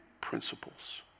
principles